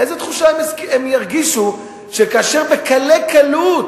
איזו תחושה תהיה להם כאשר בקלי קלות